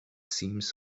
themes